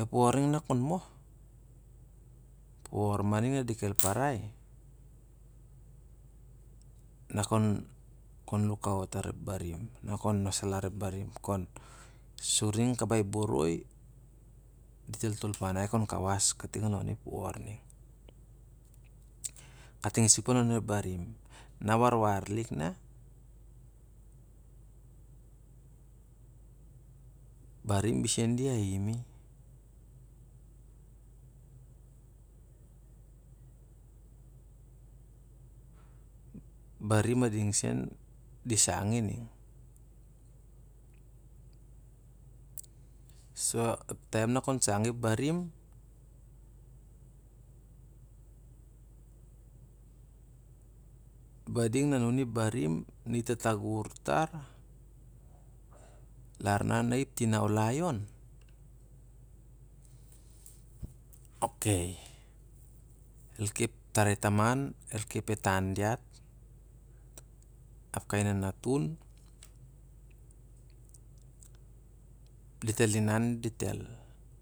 Ep wor ning nak kon moh? Ep wor ma ning na dekel parai, na kon lukaut tar ep barim, kon nosalar ep barim sur ning ka bai boroi dit el tol panai kon kawas kating lon ep wor, kating sup lon go barim. Na warwar lik na ep barim besen di aim. Ep barim ading sen di sangi ning. So ep taim na kon sang ep barim, e mading na anuni ep barim lar na na i ep tanaulai on. Okay, itik ep tarai taman, el kep e tan diat, kabai nanatun. Dit el inan dit el.